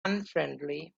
unfriendly